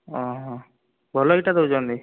ଭଲ ଇଟା ଦେଉଛନ୍ତି